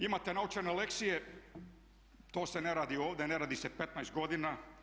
Imate naučene lekcije, to se ne radi ovdje, ne radi se 15 godina.